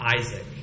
Isaac